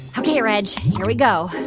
ok, reg. here we go